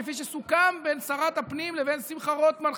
כפי שסוכם בין שרת הפנים לבין שמחה רוטמן,